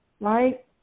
right